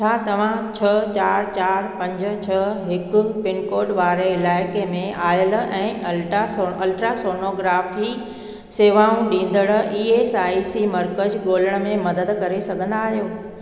छा तव्हां छ्ह चार चार पंज छह हिकु पिनकोड वारे इलाइक़े में आयल ऐं अल्ट्रासो अल्ट्रासोनोग्राफ़ी सेवाऊं ॾींदड़ ई एस आई सी मर्कज़ ॻोल्हण में मदद करे सघंदा आहियो